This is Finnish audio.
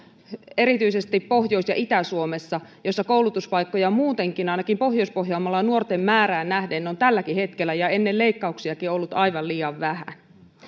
erityisesti pohjois ja itä suomessa jossa koulutuspaikkoja on muutenkin ainakin pohjois pohjanmaalla nuorten määrään nähden tälläkin hetkellä ja ennen leikkauksiakin ollut aivan liian vähän